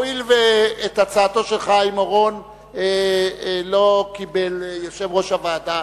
הואיל ואת הצעתו של חיים אורון לא קיבל יושב-ראש הוועדה,